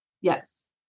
Yes